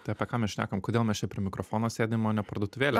tai apie ką mes šnekam kodėl mes čia prie mikrofono sėdim o ne parduotuvėlę